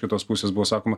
kitos pusės buvo sakoma